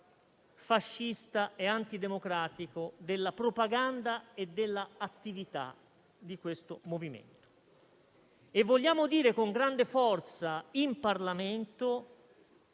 fascista e antidemocratico della propaganda e dell'attività di questo movimento. E vogliamo dire con grande forza in Parlamento